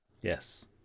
Yes